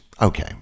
Okay